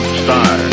star